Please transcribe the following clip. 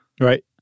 Right